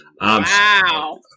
wow